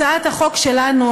הצעת החוק שלנו,